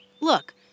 Look